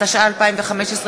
התשע"ה 2015,